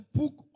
book